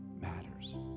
matters